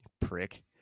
prick